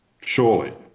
surely